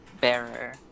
bearer